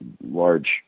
large